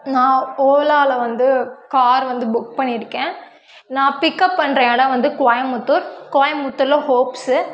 நான் ஓலாவில வந்து கார் வந்து புக் பண்ணிருக்கேன் நான் பிக்அப் பண்ணுற இடம் வந்து கோயமுத்தூர் கோயமுத்தூரில் ஹோப்ஸு